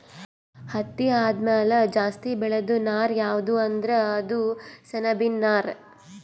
ಹತ್ತಿ ಆದಮ್ಯಾಲ ಜಾಸ್ತಿ ಬೆಳೇದು ನಾರ್ ಯಾವ್ದ್ ಅಂದ್ರ ಅದು ಸೆಣಬಿನ್ ನಾರ್